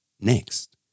Next